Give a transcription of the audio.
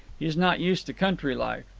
he's not used to country life.